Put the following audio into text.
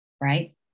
Right